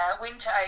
winter